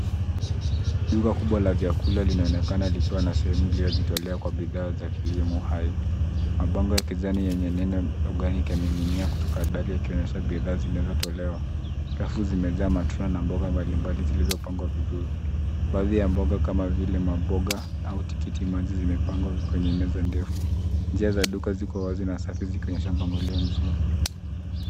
Duka kubwa la vyakula linaonekana likiwa na sehemu iliyojitolea kwa bidhaa za kilimo hai. Mabango ya kijani yenye neno organic yameninginia kutoka dari yakionyesha bidhaa zinazotolewa. Rafu zimejaa matunda na mboga mbalimbali zilizopangwa vizuri. Baadhi ya mboga kama vile maboga au tikiti maji zimepangwa kwenye meza ndefu. Njia za duka ziko wazi na safi zikionyesha mpangilio mzuri.